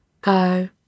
go